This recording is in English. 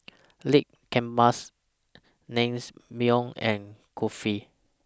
Lamb Kebabs and Kulfi